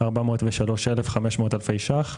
בסך 403,500 אלפי שקלים,